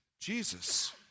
Jesus